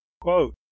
quote